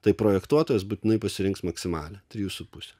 tai projektuotojas būtinai pasirinks maksimalią trijų su puse